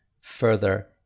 further